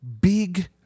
big